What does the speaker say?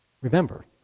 remember